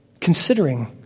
considering